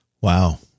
Wow